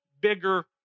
bigger